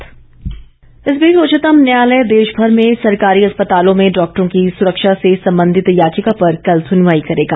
सुनवाई इस बीच उच्चतम न्यायालय देशभर में सरकारी अस्पतालों में डॉक्टरों की सुरक्षा से संबंधित याचिका पर कल सुनवाई करेगा